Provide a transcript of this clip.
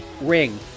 Ring